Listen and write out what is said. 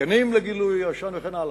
מתקנים לגילוי עשן וכן הלאה.